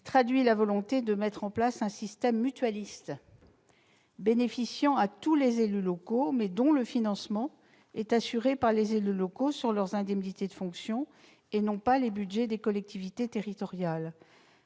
traduit la volonté de mettre en place un système mutualiste bénéficiant à tous les élus locaux, mais dont le financement est assuré par eux-mêmes, sur leurs indemnités de fonction, et non tiré des budgets des collectivités territoriales.